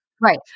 Right